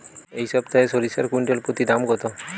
এই সপ্তাহে সরিষার কুইন্টাল প্রতি দাম কত?